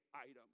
item